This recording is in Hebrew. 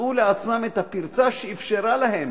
מצאו לעצמם את הפרצה שאפשרה להם